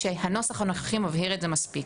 שהנוסח הנוכחי מבהיר את זה מספיק.